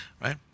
right